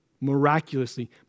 miraculously